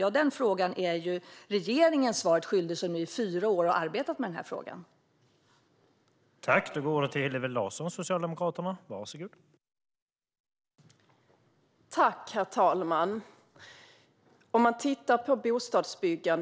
På den frågan är regeringen, som nu i fyra år har arbetat med den här frågan, svaret skyldig.